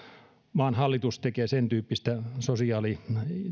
maan hallitus tekee sentyyppistä sosiaali